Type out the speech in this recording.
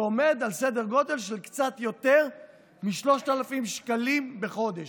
זה עומד על סדר גודל של קצת יותר מ-3,000 שקלים בחודש.